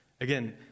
again